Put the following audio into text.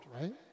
right